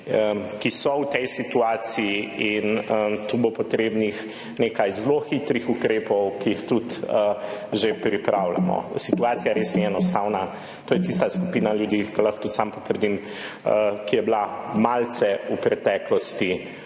ki so v tej situaciji in tu bo potrebnih nekaj zelo hitrih ukrepov, ki jih tudi že pripravljamo. Situacija res ni enostavna. To je tista skupina ljudi, za katero lahko tudi sam potrdim, da je bila v preteklosti